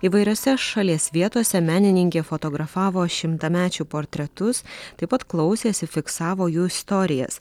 įvairiose šalies vietose menininkė fotografavo šimtamečių portretus taip pat klausėsi fiksavo jų istorijas